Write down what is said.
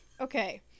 okay